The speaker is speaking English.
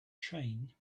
train